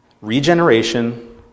regeneration